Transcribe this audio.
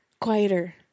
quieter